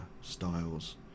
styles